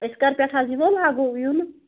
أسۍ کَر پٮ۪ٹھ حظ یِمو لاگو یُن